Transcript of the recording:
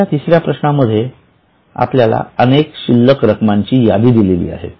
आता या तिसर्या प्रश्नामध्ये आपल्याला अनेक शिल्लक रकमांची यादि दिलेली आहे